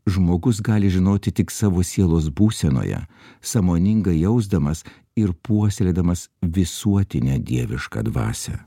žmogus gali žinoti tik savo sielos būsenoje sąmoningai jausdamas ir puoselėdamas visuotinę dievišką dvasią